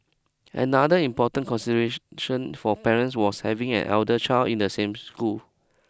another important consideration for parents was having an elder child in the same school